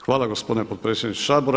Hvala gospodine potpredsjedniče Sabora.